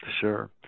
Sure